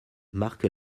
marque